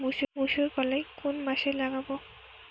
মুসুরকলাই কোন মাসে লাগাব?